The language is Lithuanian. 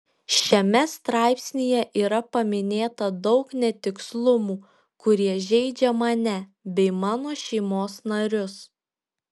šiame straipsnyje yra paminėta daug netikslumų kurie žeidžia mane bei mano šeimos narius